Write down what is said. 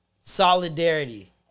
solidarity